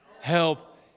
Help